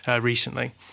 recently